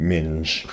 Minge